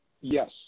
Yes